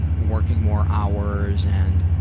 and working more hours, and,